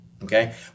Okay